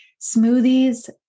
smoothies